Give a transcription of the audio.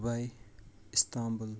Dubai Istanbul